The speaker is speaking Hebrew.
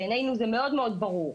בעינינו זה מאוד ברור.